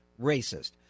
racist